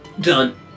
Done